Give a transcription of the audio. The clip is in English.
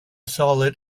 solid